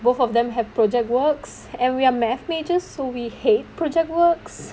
both of them have project works and we are mathematics major so we hate project works